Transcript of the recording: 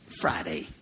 Friday